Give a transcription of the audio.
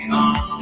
on